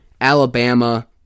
Alabama